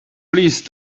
please